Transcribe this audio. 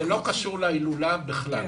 זה לא קשור להילולה בכלל.